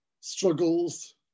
struggles